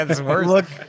look